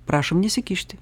prašom nesikišti